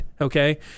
okay